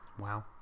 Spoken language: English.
Wow